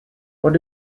what